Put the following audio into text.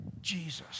Jesus